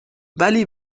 ولی